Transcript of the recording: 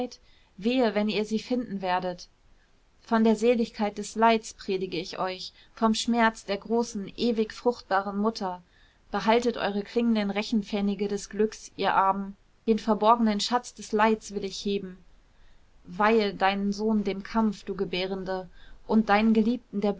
wehe wenn ihr sie finden werdet von der seligkeit des leids predige ich euch vom schmerz der großen ewig fruchtbaren mutter behaltet eure klingenden rechenpfennige des glücks ihr armen den verborgenen schatz des leids will ich heben weihe deinen sohn dem kampf du gebärende und deinen geliebten der